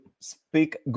speak